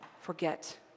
forget